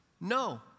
no